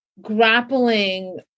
grappling